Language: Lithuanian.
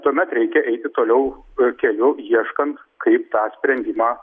tuomet reikia eiti toliau keliu ieškant kaip tą sprendimą